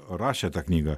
rašė tą knygą